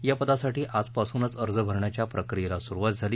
या पदासाठी आजपासूनचं अर्ज भरण्याच्या प्रक्रियाला सुरुवात झाली